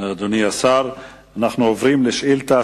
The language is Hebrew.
שאילתא